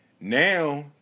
now